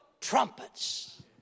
trumpets